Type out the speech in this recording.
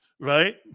Right